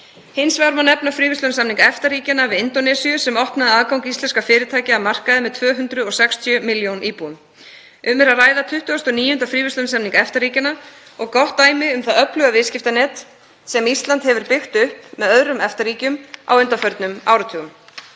Hins vegar má nefna fríverslunarsamning EFTA-ríkjanna við Indónesíu sem opnaði aðgang íslenskra fyrirtækja að markaði með 260 milljón íbúum. Um er að ræða 29. fríverslunarsamning EFTA-ríkjanna og gott dæmi um það öfluga viðskiptanet sem Ísland hefur byggt upp með öðrum EFTA-ríkjum á undanförnum áratugum.